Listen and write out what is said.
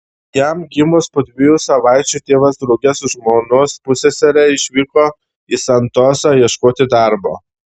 jam gimus po dviejų savaičių tėvas drauge su žmonos pussesere išvyko į santosą ieškoti darbo